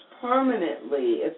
permanently